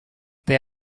they